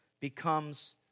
becomes